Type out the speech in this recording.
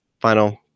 final